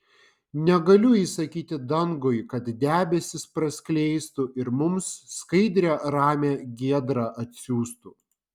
negaliu įsakyti dangui kad debesis praskleistų ir mums skaidrią ramią giedrą atsiųstų